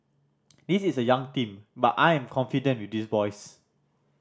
this is a young team but I am confident with these boys